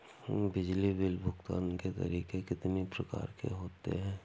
बिजली बिल भुगतान के तरीके कितनी प्रकार के होते हैं?